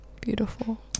Beautiful